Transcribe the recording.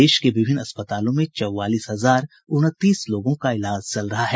देश के विभिन्न अस्पतालों में चौवालीस हजार उनतीस लोगों का इलाज चल रहा है